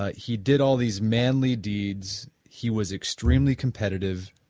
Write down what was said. ah he did all these manly deeds, he was extremely competitive,